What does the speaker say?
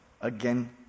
Again